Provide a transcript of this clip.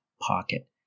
pocket